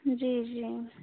जी जी